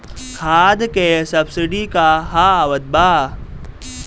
खाद के सबसिडी क हा आवत बा?